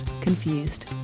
Confused